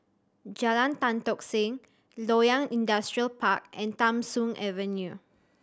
Jalan Tan Tock Seng Loyang Industrial Park and Tham Soong Avenue